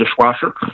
dishwasher